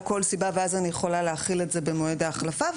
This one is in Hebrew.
כל סיבה ואז אני יכולה להחיל את זה במועד ההחלפה,